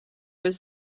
was